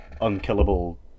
unkillable